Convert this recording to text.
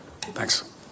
Thanks